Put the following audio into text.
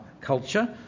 culture